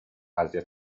asia